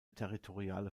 territoriale